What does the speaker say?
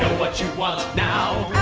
what you want now?